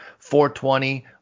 420